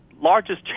largest